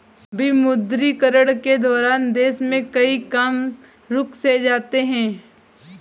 विमुद्रीकरण के दौरान देश में कई काम रुक से जाते हैं